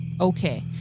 okay